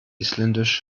isländisch